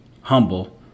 humble